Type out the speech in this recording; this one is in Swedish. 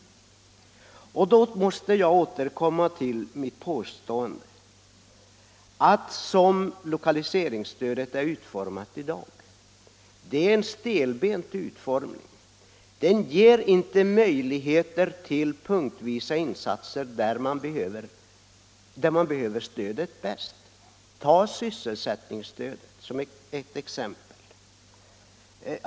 I detta sammanhang måste jag återkomma till mitt påstående att lokaliseringsstödet i dag har en stelbent utformning. Det ger inte möj ligheter till punktvisa insatser där man behöver stödet bäst. Ta sysselsättningsstödet som ett exempel!